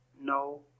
no